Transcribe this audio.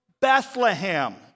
Bethlehem